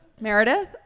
Meredith